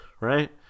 right